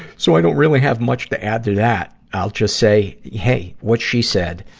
so i don't really have much to add to that. i'll just say hey, what she said.